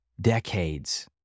decades